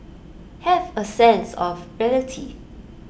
have A sense of reality